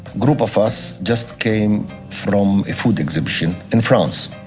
group of us just came from a food exhibition in france.